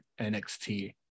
NXT